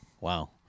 Wow